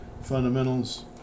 fundamentals